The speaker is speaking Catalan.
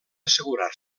assegurar